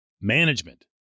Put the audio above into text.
Management